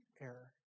error